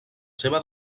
seva